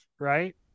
Right